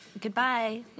Goodbye